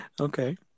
okay